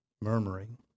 Murmuring